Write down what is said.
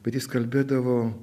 bet jis kalbėdavo